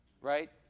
Right